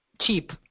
cheap